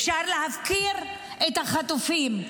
אפשר להפקיר את החטופים,